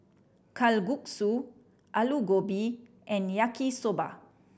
Kalguksu Alu Gobi and Yaki Soba